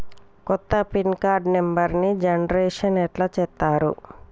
కొత్త pin card నెంబర్ని generation ఎట్లా చేత్తరు?